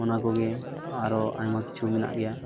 ᱚᱱᱟ ᱠᱚᱜᱮ ᱟᱨᱚ ᱟᱭᱢᱟ ᱠᱤᱪᱷᱩ ᱢᱮᱱᱟᱜ ᱜᱮᱭᱟ